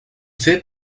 fait